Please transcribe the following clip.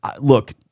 Look